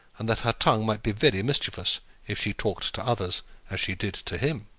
and that her tongue might be very mischievous if she talked to others as she did to him.